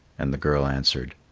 and the girl answered,